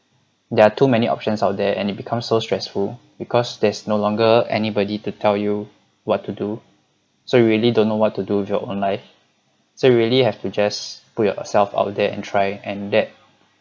there are too many options out there and it becomes so stressful because there's no longer anybody to tell you what to do so you really don't know what to do with your own life so you really have to just put yourself out there and try and that